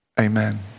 Amen